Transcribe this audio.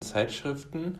zeitschriften